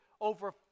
over